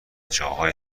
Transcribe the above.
جاهای